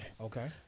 Okay